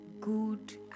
good